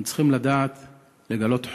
אנחנו צריכים לדעת לגלות חוזק,